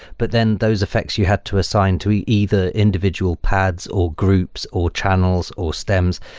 but then those effects you had to assign to either individual pads, or groups, or channels, or stems,